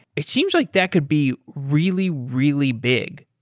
it seems like that could be really, really big.